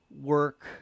work